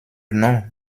nom